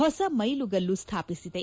ಹೊಸ ಮೈಲುಗಲ್ಲು ಸ್ವಾಪಿಸಿದೆ